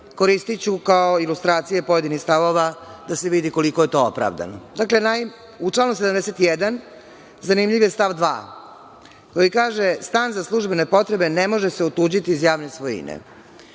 koristiću kao ilustracije pojedinih stavova da se vidi koliko je to opravdano. Dakle, u članu 71. zanimljiv je stav 2, koji kaže – stan za službene potrebe ne može se otuđiti iz javne svojine.